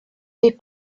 des